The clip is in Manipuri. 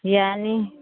ꯌꯥꯅꯤ